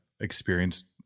experienced